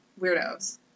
weirdos